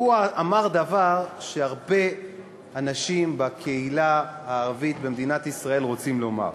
הוא אמר דבר שהרבה אנשים בקהילה הערבית במדינת ישראל רוצים לומר: